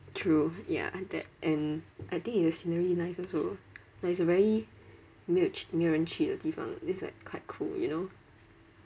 true ya that and I think it's the scenery nice also like it's a very 没有没有人去的地方 it's like quite cool you know